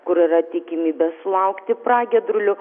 kur yra tikimybė sulaukti pragiedrulių